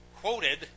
quoted